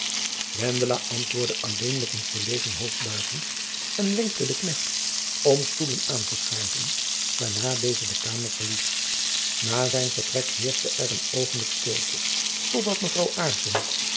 wendela antwoordde alleen met een verlegen hoofdbuiging en wenkte den knecht om stoelen aan te schuiven waarna deze de kamer verliet na zijn vertrek heerschte er een oogenblik stilte tot dat mevrouw